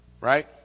right